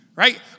Right